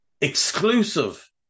Exclusive